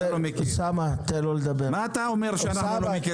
מה אתה אומר שאנחנו לא מכירים?